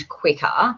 quicker